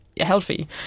healthy